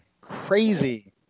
Crazy